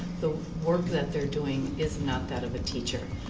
the work that they're doing is not that of a teacher.